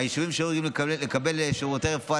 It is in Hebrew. והיישובים שהיו אמורים לקבל שירותי רפואה,